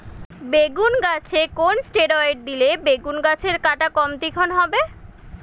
বেগুন গাছে কোন ষ্টেরয়েড দিলে বেগু গাছের কাঁটা কম তীক্ষ্ন হবে?